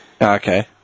Okay